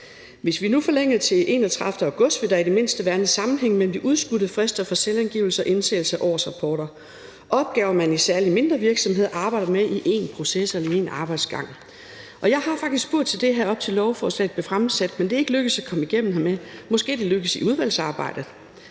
Hvis vi nu forlængede fristen til den 31. august, ville der i det mindste være en sammenhæng mellem de udskudte frister for selvangivelse og indsendelse af årsrapporter, opgaver, man særligt i mindre virksomheder arbejder med i en proces og i en arbejdsgang. Og jeg har faktisk spurgt ind til det her, op til at lovforslaget blev fremsat, men det er ikke lykkedes at komme igennem med det, så måske lykkes det i udvalgsarbejdet.